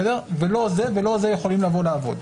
ולא זה ולא זה יכולים לבוא לעבוד.